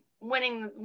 winning